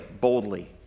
boldly